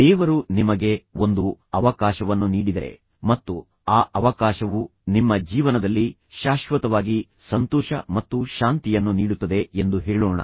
ದೇವರು ನಿಮಗೆ ಒಂದು ಅವಕಾಶವನ್ನು ನೀಡಿದರೆ ಮತ್ತು ಆ ಅವಕಾಶವೂ ನಿಮ್ಮ ಜೀವನದಲ್ಲಿ ಶಾಶ್ವತವಾಗಿ ಸಂತೋಷ ಮತ್ತು ಶಾಂತಿಯನ್ನು ನೀಡುತ್ತದೆ ಎಂದು ಹೇಳೋಣ